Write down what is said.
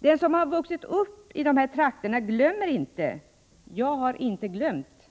Den som vuxit upp i dessa trakter glömmer inte. Jag har inte glömt!